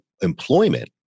employment